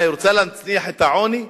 מה, היא רוצה להנציח את העוני?